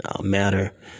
matter